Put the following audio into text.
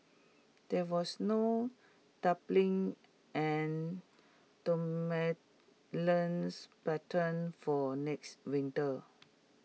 there was no and dominants pattern for next winter